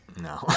No